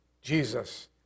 Jesus